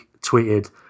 tweeted